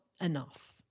enough